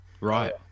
Right